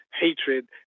hatred